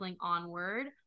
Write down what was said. onward